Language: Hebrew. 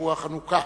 בשבוע חנוכה.